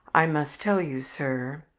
i must tell you, sir,